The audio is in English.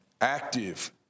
active